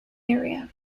area